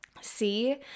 See